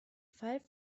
five